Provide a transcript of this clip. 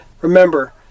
Remember